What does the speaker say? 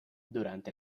durante